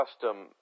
custom